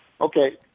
Okay